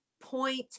point